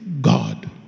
God